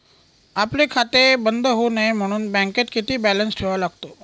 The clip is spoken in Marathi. आपले खाते बंद होऊ नये म्हणून बँकेत किती बॅलन्स ठेवावा लागतो?